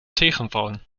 tegenvallen